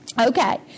Okay